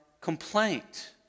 complaint